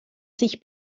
sich